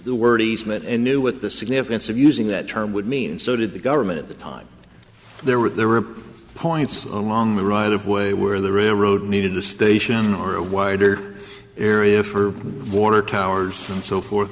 and knew what the significance of using that term would mean so did the government at the time there were there were points along the right of way where the railroad needed to station or a wider area for water towers and so forth